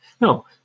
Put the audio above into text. No